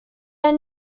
are